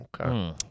Okay